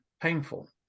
painful